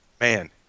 man